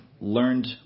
learned